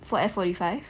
for F forty five